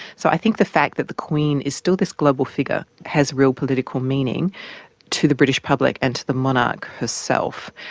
so i think the fact that the queen is still this global figure has real political meaning to the british public and to the monarch herself.